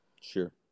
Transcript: Sure